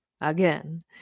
Again